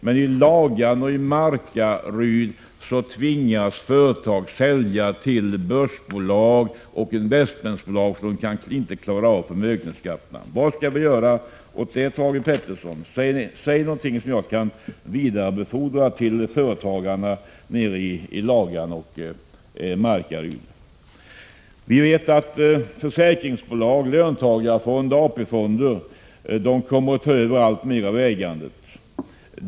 Men i Lagan och Markaryd tvingas företag sälja till börsbolag och investmentbolag därför att de inte klarar av förmögenhetsskatter. Vad kan man göra åt detta, Thage Peterson? Säg någonting som jag kan vidarebefordra till företagare nere i Lagan och Markaryd. Vi vet att försäkringsbolag, löntagarfonder och AP-fonder kommer att ta över alltmer av ägandet.